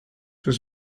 was